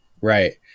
Right